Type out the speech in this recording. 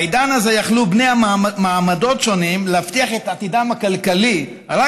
בעידן הזה יכלו בני מעמדות שונים להבטיח את עתידם הכלכלי רק